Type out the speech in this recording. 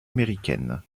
américaine